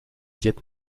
viêt